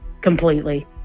Completely